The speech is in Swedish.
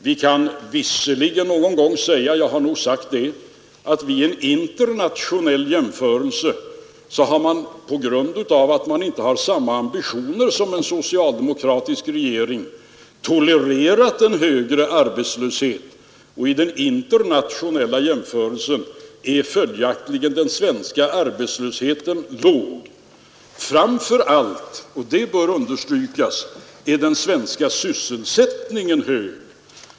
Vi kan i och för sig någon gång säga — jag har nog gjort det — att vid en internationell jämförelse finner man att den svenska arbetslösheten är låg på grund av att man på många andra håll inte har samma ambitioner som en socialdemokratisk regering utan tolererar en högre arbetslöshet. Framför allt — och det bör understrykas — är den svenska sysselsättningen hög.